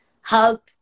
help